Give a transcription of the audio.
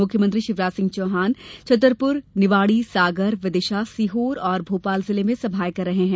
मुख्यमंत्री शिवराज सिंह चौहान छतरपुर निवाड़ी सागर विदिशा सीहोर और मोपाल जिले में सभाएं कर रहें हैं